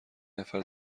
نفر